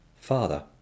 father